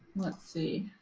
let's see.